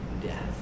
death